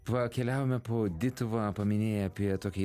va keliavome po dituvą paminėjai apie tokią